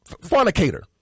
fornicator